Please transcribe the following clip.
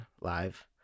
live